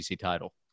title